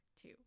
two